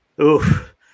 Oof